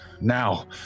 Now